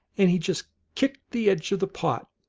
and he just kicked the edge of the pot,